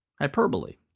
hyperbole.